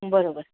बरोबर